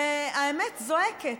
והאמת זועקת.